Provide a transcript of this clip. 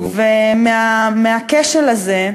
מהכשל הזה,